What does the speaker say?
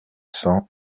cent